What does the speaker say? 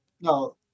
No